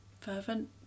fervent